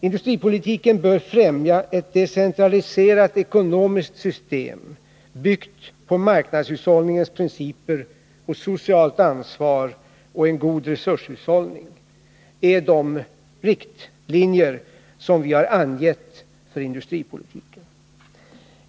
Industripolitiken bör främja ett decentraliserat ekonomiskt system, byggt på marknadshushållningens principer och på socialt ansvar och en god resurshushållning. Det är de riktlinjer vi har angett för industripolitiken.